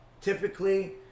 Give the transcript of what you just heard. typically